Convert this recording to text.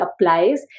applies